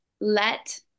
let